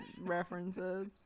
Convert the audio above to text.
references